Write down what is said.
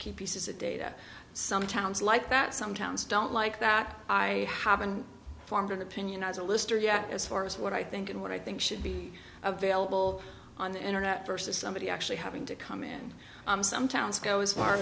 y pieces of data some towns like that some towns don't like that i haven't formed an opinion as a lister yet as far as what i think and what i think should be available on the internet versus somebody actually having to come in some towns go as far